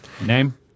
Name